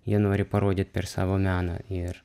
jie nori parodyt per savo meną ir